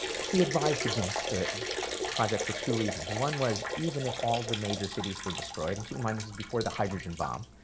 he advised against the project for two reasons. one was, even if all the major cities were destroyed keep in mind, this is before the hydrogen bomb,